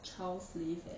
child slave leh